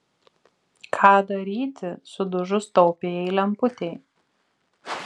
ką daryti sudužus taupiajai lemputei